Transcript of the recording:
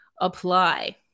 apply